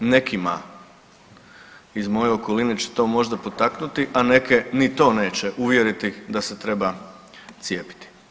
Nekima iz moje okoline će to možda potaknuti, a neke ni to neće uvjeriti da se treba cijepiti.